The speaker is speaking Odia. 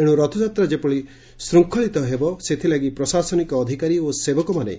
ଏଶୁ ରଥଯାତ୍ରା ଯେପରି ଶୃଙ୍ଖଳିତ ହେବ ସେଥିଲାଗି ପ୍ରଶାସନିକ ଅଧିକାରୀ ଓ ସେବକମମାନେ